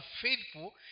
faithful